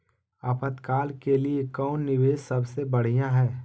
आपातकाल के लिए कौन निवेस सबसे बढ़िया है?